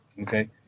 Okay